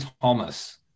Thomas